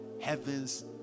heaven's